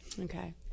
Okay